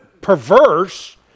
perverse